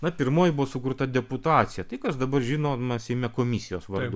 vat pirmoji buvo sukurta deputacija tai kas dabar žinoma seime komisijos vardu